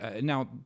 Now